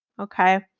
okay